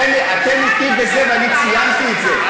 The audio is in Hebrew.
אתם אתי בזה, ואני ציינתי את זה.